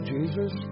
Jesus